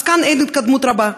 כאן אין התקדמות רבה.